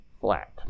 flat